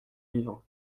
vivant